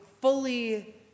fully